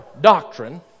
doctrine